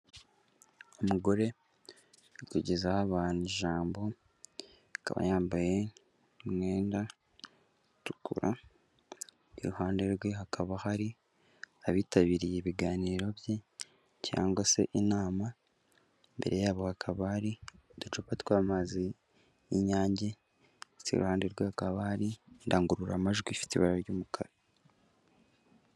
Umugore urri kugezaho abantu ijambo akaba yambaye umwenda utukura, iruhande rwe hakaba hari abitabiriye ibiganiro bye, cyangwa se inama mbere yabo hakaba hari uducupa tw'amazi y'inyange, ndetse iruhande rwe hakaba hari indangururamajwi ifite ibara ry'umukara.